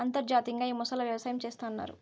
అంతర్జాతీయంగా ఈ మొసళ్ళ వ్యవసాయం చేస్తన్నారు